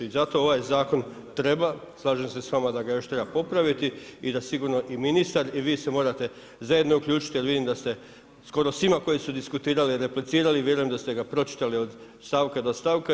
I zato ovaj zakon treba, slažem se s vama da ga još treba popraviti i da sigurno i ministar i vi se morate zajedno uključiti jer vidim da ste skoro svima koji su diskutirali replicirali i vjerujem da ste ga pročitali od stavka do stavka.